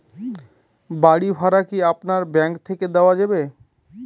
বাড়ী ভাড়া কি আপনার ব্যাঙ্ক থেকে দেওয়া যাবে?